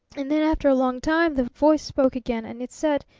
and then after a long time the voice spoke again and it said,